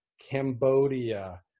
Cambodia